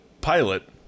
pilot